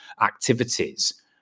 activities